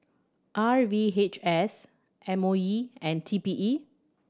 R V H S M O E and T P E